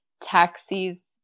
taxis